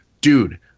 dude